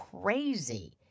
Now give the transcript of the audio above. crazy